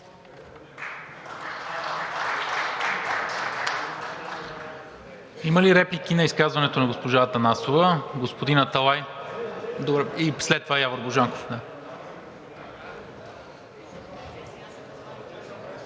Има ли реплики на изказването на госпожа Атанасова? Господин Аталай и след това Явор Божанков.